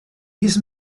his